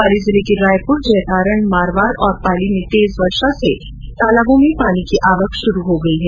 पाली जिले के रायपुर जैतारण मारवाड और पाली में हुई तेज बारिश से तालाबों में पानी की आवक शुरू हो गई है